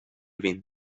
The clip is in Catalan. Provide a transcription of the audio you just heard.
vint